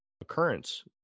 occurrence